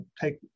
take